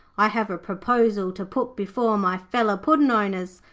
i have a proposal to put before my feller puddin'-owners.